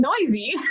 noisy